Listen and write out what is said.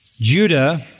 Judah